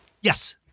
yes